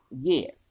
yes